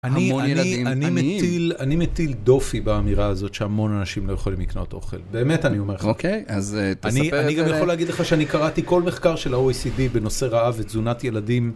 המון ילדים, אני מטיל דופי באמירה הזאת שהמון אנשים לא יכולים לקנות אוכל. באמת, אני אומר לך. אוקיי, אז תספר... אני גם יכול להגיד לך שאני קראתי כל מחקר של ה-OECD בנושא רעב ותזונת ילדים.